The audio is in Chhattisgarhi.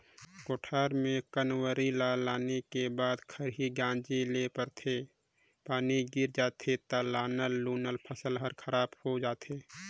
कोठार में कंवरी ल लाने के बाद खरही गांजे ले परथे, पानी गिर जाथे त लानल लुनल फसल हर खराब हो जाथे